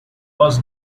was